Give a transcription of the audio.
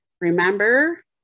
remember